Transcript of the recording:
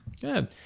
Good